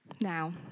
Now